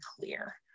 clear